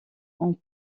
ont